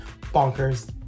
bonkers